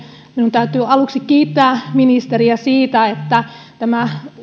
minun täytyy aluksi kiittää ministeriä siitä että tämä